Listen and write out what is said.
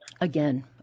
Again